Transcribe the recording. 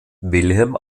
wilhelm